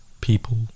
people